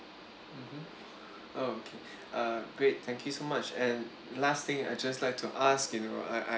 mmhmm oh uh great thank you so much and last thing I just like to ask you know I I